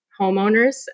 homeowners